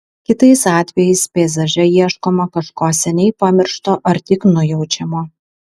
kitais atvejais peizaže ieškoma kažko seniai pamiršto ar tik nujaučiamo